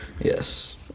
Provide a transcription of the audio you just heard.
Yes